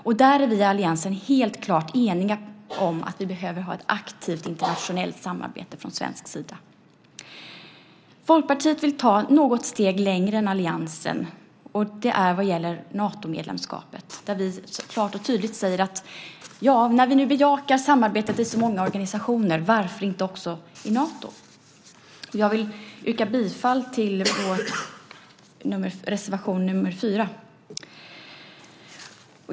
Vi är i alliansen helt klart eniga om att vi från svensk sida behöver ha ett aktivt internationellt samarbete. Folkpartiet vill ta något steg längre än alliansen. Det gäller Natomedlemskapet, där vi klart och tydligt säger att när vi nu bejakar samarbetet i så många organisationer, varför inte också i Nato? Jag vill yrka bifall till vår reservation nr 4.